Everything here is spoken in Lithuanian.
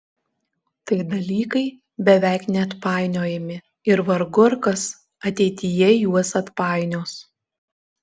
tai dalykai beveik neatpainiojami ir vargu ar kas ateityje juos atpainios